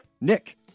Nick